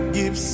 give